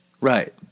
Right